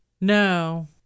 No